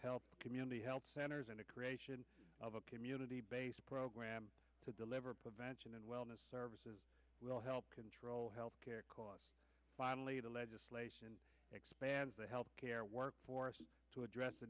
help community health centers and a creation of a community based program to deliver prevention and wellness services will help control health care costs finally the legislation expands the health care workforce to address the